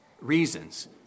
reasons